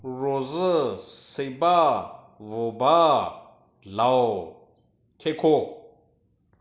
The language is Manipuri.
ꯔꯣꯖꯔ ꯁꯩꯕꯥ ꯕꯣꯕꯥ ꯂꯥꯎ ꯊꯦꯈꯣ